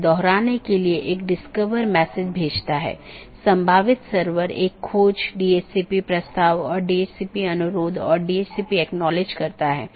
इसलिए एक path vector में मार्ग को स्थानांतरित किए गए डोमेन या कॉन्फ़िगरेशन के संदर्भ में व्यक्त किया जाता है